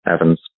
Evans